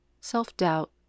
self-doubt